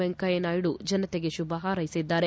ವೆಂಕಯ್ಲನಾಯ್ದು ಜನತೆಗೆ ಶುಭ ಹಾರ್ಸೆಸಿದ್ದಾರೆ